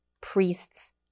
priest's